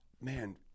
man